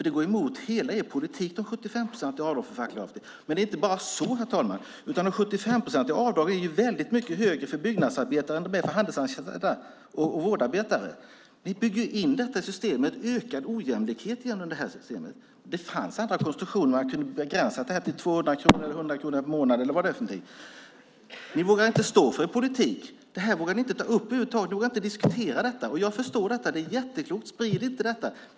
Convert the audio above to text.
De 75-procentiga avdragen för fackliga avgifter går emot hela er politik. Men det är inte bara så, herr talman, utan de 75-procentiga avdragen är mycket högre för byggnadsarbetare än för handelsanställda och vårdarbetare. Ni bygger in en ökad ojämlikhet i systemet genom det här. Det fanns andra konstruktioner. Man kunde ha begränsat det till 200 eller 100 kronor i månaden eller vad det nu kan vara. Ni vågar inte stå för er politik. Det här vågar ni inte ta upp över huvud taget. Ni vågar inte diskutera det. Jag förstår det; det är jätteklokt. Sprid inte detta!